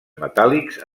metàl·lics